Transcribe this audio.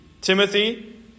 Timothy